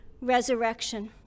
resurrection